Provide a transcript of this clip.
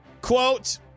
Quote